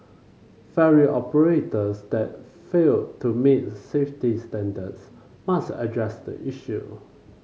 ferry operators that fail to meet safety standards must address the issue